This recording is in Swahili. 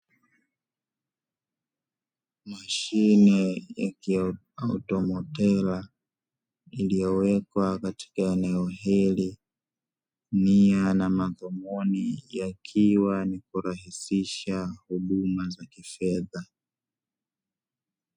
Mashine ya kiautomotela iliyowekwa katika eneo hili nia na madhumuni, yakiwa ni kurahisisha huduma za kifedha.